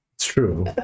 true